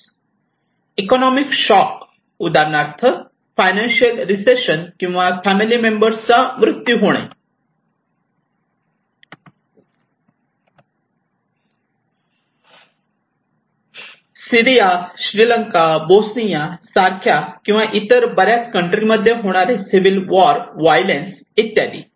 economic shock उदाहरणार्थ financial recession किंवा family मेंबर्सचा मृत्यू होणे किंवा सीरिया श्रीलंका बोस्निया सारख्या किंवा इतर बऱ्याच कंट्री मध्ये होणारे सिव्हिल वॉर वायलेंस इत्यादी